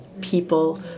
people